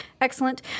excellent